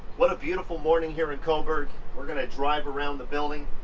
what a beautiful morning here in coburg. we're gonna drive around the building.